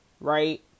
right